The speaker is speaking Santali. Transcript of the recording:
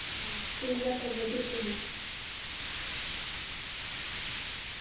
ᱴᱷᱤᱠᱜᱮᱭᱟ ᱛᱚᱵᱮ ᱦᱤᱡᱩᱜ ᱯᱮ ᱦᱟᱸᱜ